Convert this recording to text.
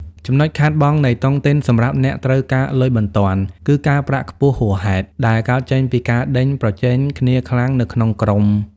ចំណុចខាតបង់នៃតុងទីនសម្រាប់អ្នកត្រូវការលុយបន្ទាន់ គឺ "ការប្រាក់ខ្ពស់ហួសហេតុ" ដែលកើតចេញពីការដេញប្រជែងគ្នាខ្លាំងនៅក្នុងក្រុម។